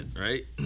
right